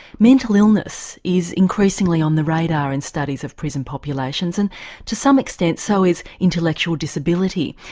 mental illness is increasingly on the radar in studies of prison populations. and to some extent so is intellectual disability.